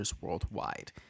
worldwide